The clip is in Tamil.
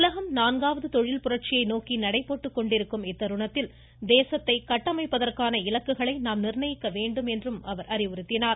உலகம் நான்காவது தொழில் புரட்சியை நோக்கி நடைபோட்டுக் கொண்டிருக்கும் இத்தருணத்தில் தேசத்தை கட்டமைப்பதற்கான இலக்குகளை நாம் நிர்ணயிக்க வேண்டும் என்றும் அவர் அறிவுறுத்தினார்